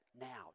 now